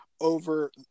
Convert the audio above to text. over